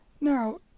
Now